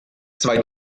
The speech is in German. zwei